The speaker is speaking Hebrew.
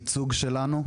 הייצוג שלנו,